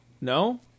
No